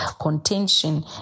contention